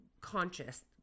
conscious